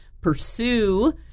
pursue